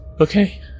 Okay